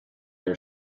our